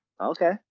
Okay